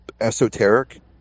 esoteric